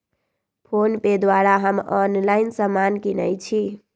PhonePe द्वारा हम online समान किनइ छी